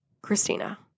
Christina